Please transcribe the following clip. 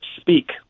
speak